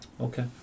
okay